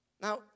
Now